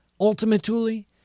ultimately